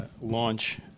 launch